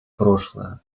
прошлое